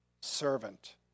servant